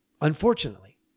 Unfortunately